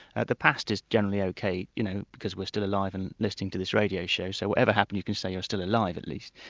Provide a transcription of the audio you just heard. the past is generally ok, you know because we're still alive and listening to this radio show, so whatever happens you can say you're still alive at least.